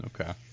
Okay